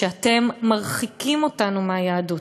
שאתם מרחיקים אותנו מהיהדות.